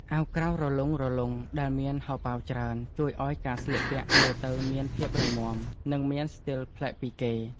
អាវក្រៅរលុងៗដែលមានហោប៉ៅច្រើន ជួយឱ្យការស្លៀកពាក់មើលទៅមានភាពរឹងមាំ និងមានស្ទីលប្លែកពីគេ។